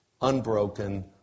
unbroken